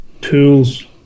tools